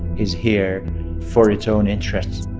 is here for its own interests,